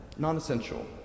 non-essential